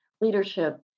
leadership